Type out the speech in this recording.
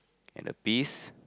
and the piece